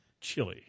chili